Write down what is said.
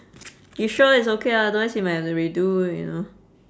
you sure it's okay ah otherwise we might have to redo you know